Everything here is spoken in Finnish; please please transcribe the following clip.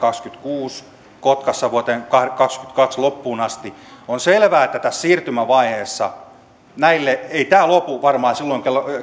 kaksikymmentäkuusi ja kotkassa vuoden kaksikymmentäkaksi loppuun asti on selvää että tässä siirtymävaiheessa tämä toiminta ei varmaan lopu silloin